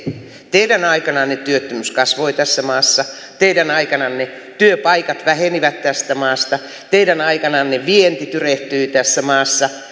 teidän aikananne työttömyys kasvoi tässä maassa teidän aikananne työpaikat vähenivät tästä maasta teidän aikananne vienti tyrehtyi tässä maassa